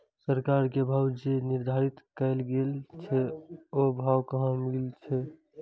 सरकार के भाव जे निर्धारित कायल गेल छै ओ भाव कहाँ मिले छै?